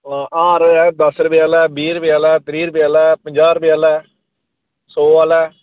हार दस्स रपे आह्ला बीह् रपे आह्ला त्रीह् रपे आह्ला पंजाह् रपे आह्ला सौ आह्ला